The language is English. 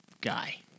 guy